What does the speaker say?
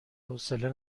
حوصله